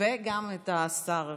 וגם את השר.